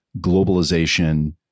globalization